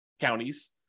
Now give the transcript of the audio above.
counties